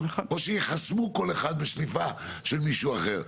או שייחסמו כל אחד בשליפה של מישהו אחר.